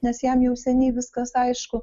nes jam jau seniai viskas aišku